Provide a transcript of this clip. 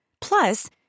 Plus